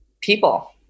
people